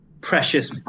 precious